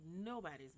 nobody's